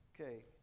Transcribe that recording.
Okay